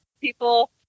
people